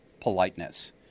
politeness